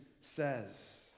says